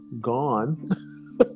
gone